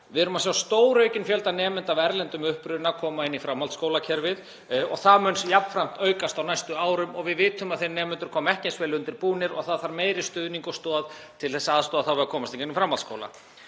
Við erum að sjá stóraukinn fjölda nemenda af erlendum uppruna koma inn í framhaldsskólakerfið. Það mun jafnframt aukast á næstu árum og við vitum að þeir nemendur koma ekki eins vel undirbúnir og það þarf meiri stuðning og stoð til þess að aðstoða þá við að komast í gegnum framhaldsskólann.